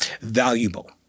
valuable